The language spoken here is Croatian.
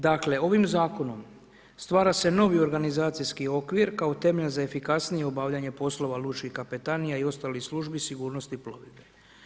Dakle ovim zakonom stvara se novi organizacijski okvir kao temelj za efikasnije obavljanje poslova lučkih kapetanija i ostalih službi sigurnosti plovidbe.